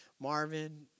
Marvin